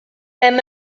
hemm